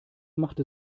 machte